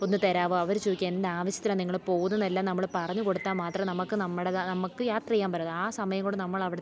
ഒന്നു തരാമോ അവർ ചോദിക്കുക എന്താവശ്യത്തിനാണ് നിങ്ങൾ പോകുന്നതെന്നെല്ലാം നമ്മൾ പറഞ്ഞു കൊടുത്താൽ മാത്രമേ നമുക്ക് നമ്മുടേതാണ് നമുക്ക് യാത്ര ചെയ്യാന് പറ്റത്തുള്ളൂ ആ സമയം കൊണ്ടു നമ്മളവിടുത്തെ